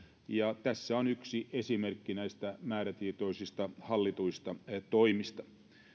ja tässä on yksi esimerkki näistä määrätietoisista hallituista toimista